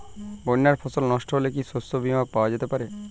বন্যায় ফসল নস্ট হলে কি শস্য বীমা পাওয়া যেতে পারে?